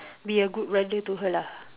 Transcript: be a good brother to her lah